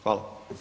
Hvala.